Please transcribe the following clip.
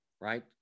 right